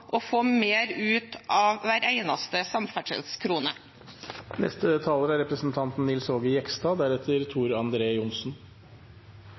og få mer ut av hver eneste